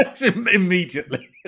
immediately